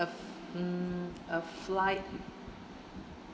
um a flight